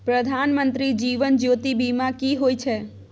प्रधानमंत्री जीवन ज्योती बीमा की होय छै?